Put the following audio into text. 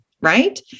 right